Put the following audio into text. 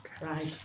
Right